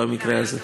במקרה הזה.